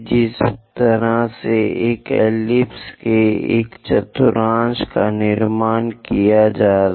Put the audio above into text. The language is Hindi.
जिस तरह से इस एलिप्स के एक चतुर्थांश का निर्माण किया जा सकता है